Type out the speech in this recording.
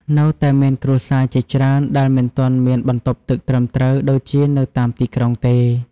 នៅតែមានគ្រួសារជាច្រើនដែលមិនទាន់មានបន្ទប់ទឹកត្រឹមត្រូវដូចជានៅតាមទីក្រុងទេ។